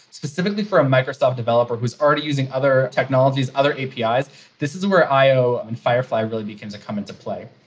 specifically for a microsoft developer who's already using other technologies, other apis. this is where i o and firefly really begins to come into play.